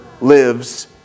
lives